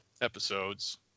episodes